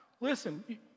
Listen